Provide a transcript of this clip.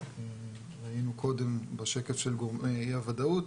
שראינו קודם בשקף של גורמי אי הוודאות,